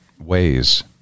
ways